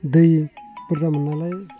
दै बुरजा मोनो नालाय